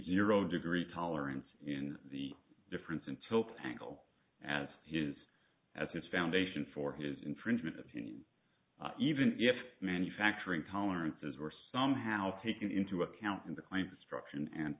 zero degree tolerance in the difference until pangle as his as his foundation for his infringement opinion even if manufacturing tolerances were somehow taken into account in the claim destruction and